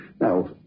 Now